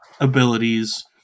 abilities